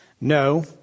No